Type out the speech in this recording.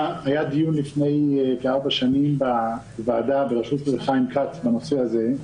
לפני כארבע שנים היה דיון בוועדה בראשות חיים כץ בנושא הזה.